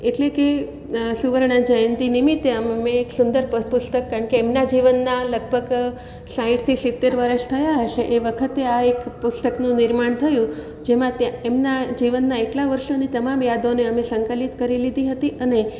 એટલે કે સુવર્ણ જયંતી નિમિત્તે મેં એક સુંદર પુસ્તક કારણ કે એમનાં જીવનના લગભગ સાઠથી સિતેર વરસ થયાં હશે એ વખતે આ એક પુસ્તકનું નિર્માણ થયું જેમાં ત્યાં એમનાં જીવનનાં એટલાં વર્ષોની તમામ યાદોને અમે સંકલિત કરી લીધી હતી અને